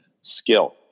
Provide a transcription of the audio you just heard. skill